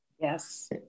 Yes